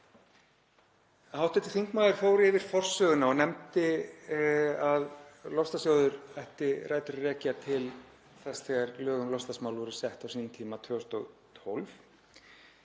Hv. þingmaður fór yfir forsöguna og nefndi að loftslagssjóður ætti rætur að rekja til þess þegar lög um loftslagsmál voru sett á sínum tíma, 2012.